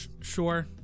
Sure